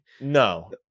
No